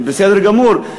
בסדר גמור.